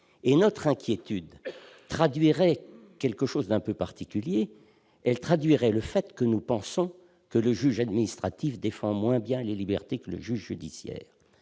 et notre inquiétude traduiraient quelque chose d'un peu particulier : elle traduirait le fait que nous pensons que le juge administratif défend moins bien les libertés que le juge judiciaire,